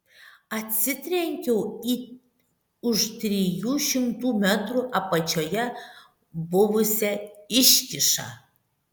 atsitrenkiau į už trijų šimtų metrų apačioje buvusią iškyšą